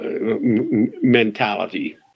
mentality